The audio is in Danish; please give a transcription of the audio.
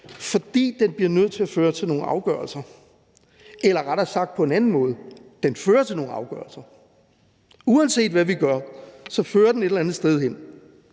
fordi den bliver nødt til at føre til nogle afgørelser, eller rettere sagt: Den fører til nogle afgørelser. Uanset hvad vi gør, fører den et eller andet sted hen.